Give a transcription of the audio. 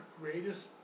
greatest